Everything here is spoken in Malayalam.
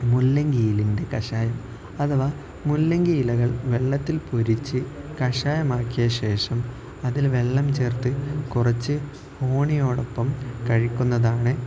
മുള്ളങ്കിയിലയുടെ കഷായം അഥവാ മുള്ളങ്കിയിലകൾ വെള്ളത്തിൽ വേവിച്ച് കഷായമാക്കിയ ശേഷം അതിൽ വെള്ളം ചേർത്ത് കുറച്ച് ഹണിയോടൊപ്പം കഴിക്കുന്നതാണ്